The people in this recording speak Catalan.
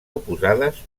oposades